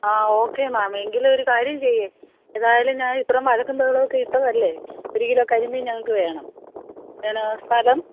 ആ okay ma'am എങ്കിലൊര് കാര്യം ചെയ്യ് ഏതായാലും ഞാൻ ഇത്ര വഴക്കും ബഹളമൊക്കെ ഇട്ടതല്ലെ ഒരു കിലോ കരിമീൻ ഞങ്ങൾക്ക് വേണം ഞാനാ സ്ഥലം